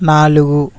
నాలుగు